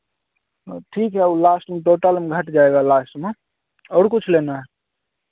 हाँ ठीक है वह लास्ट में टोटल में घट जाएगा लास्ट में और कुछ लेना है